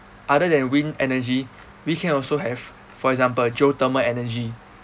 other than wind energy we can also have for example geothermal energy